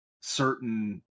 certain